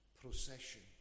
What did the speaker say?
procession